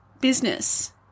business